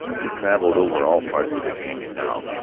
he traveled over all parts of the canon now,